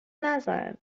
نزن